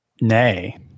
Nay